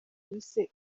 bise